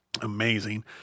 Amazing